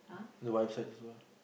the wife side also